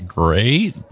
great